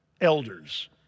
elders